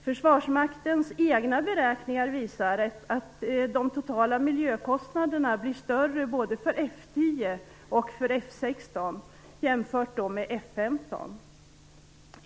Försvarsmaktens egna beräkningar visar att de totala miljökostnaderna blir större både för F 10 och för F 16 jämfört med vad de blir för F 15.